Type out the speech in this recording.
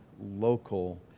local